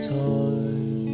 time